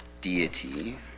deity